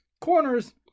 corners